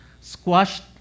squashed